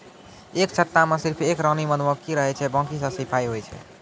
एक छत्ता मॅ सिर्फ एक रानी मधुमक्खी रहै छै बाकी सब सिपाही होय छै